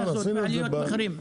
את עליות המחירים.